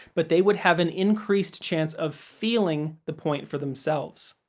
but they would have an increased chance of feeling the point for themselves.